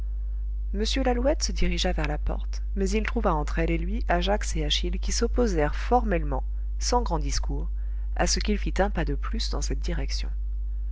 m lalouette se dirigea vers la porte mais il trouva entre elle et lui ajax et achille qui s'opposèrent formellement sans grand discours à ce qu'il fît un pas de plus dans cette direction